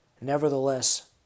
Nevertheless